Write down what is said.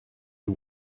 you